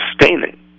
sustaining